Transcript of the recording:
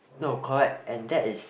no correct and that is